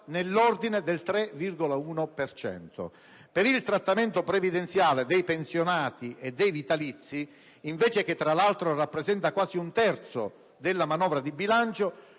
nell'ordine del 3,1 per cento. Per il trattamento previdenziale dei pensionati e dei vitalizi invece, che tra l'altro rappresenta quasi un terzo della manovra di bilancio,